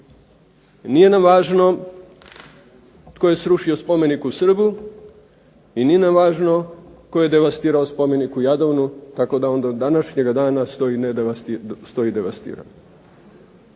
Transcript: Nije nam važno tko je srušio spomenik u Srbu i nije nam važno tko je devastirao spomenik u Jadovnu tako da on do današnjega dana stoji devastiran.